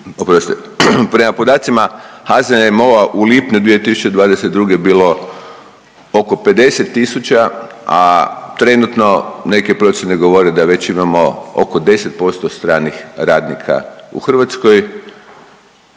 prema podacima HZMO-a u lipnju 2022. bilo oko 50 tisuća, a trenutno neke procjene govore da već imamo oko 10% stranih radnika u Hrvatskoj,